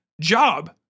job